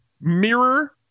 mirror